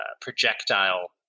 projectile